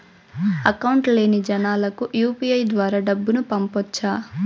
Account లేని జనాలకు UPI ద్వారా డబ్బును పంపొచ్చా?